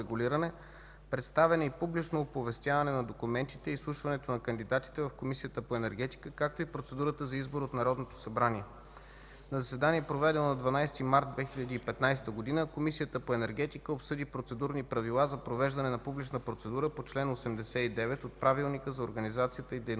представяне и публично оповестяване на документите и изслушването на кандидатите в Комисията по енергетика, както и процедурата за избор от Народното събрание На заседание, проведено на 12 март 2015 г., Комисията по енергетика обсъди Процедурни правила за провеждане на публична процедура по чл. 89 от Правилника за организацията и